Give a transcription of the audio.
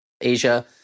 Asia